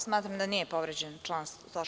Smatram da nije povređen član 106.